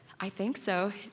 i think so.